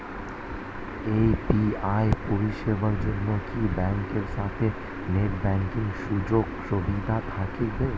UPI পরিষেবার জন্য কি ব্যাংকের সাথে নেট ব্যাঙ্কিং সুযোগ সুবিধা থাকতে হবে?